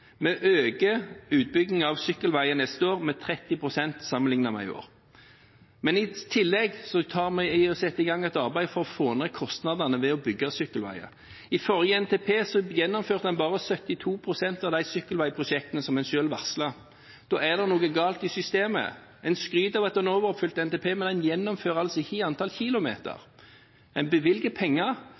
Vi øker utbyggingen av sykkelveier neste år med 30 pst. sammenlignet med i år. I tillegg setter vi i gang et arbeid for å få ned kostnadene ved å bygge sykkelveier. I forrige NTP gjennomførte en bare 72 pst. av de sykkelveiprosjektene som en selv varslet. Da er det noe galt i systemet. En skryter av at en har overoppfylt NTP, men en gjennomfører ikke i antall kilometer. En bevilger penger,